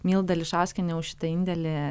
milda ališauskienė už indėlį